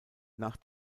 nach